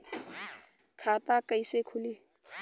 खाता कइसे खुली?